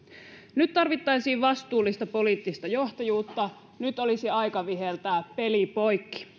nyt tarvittaisiin vastuullista poliittista johtajuutta nyt olisi aika viheltää peli poikki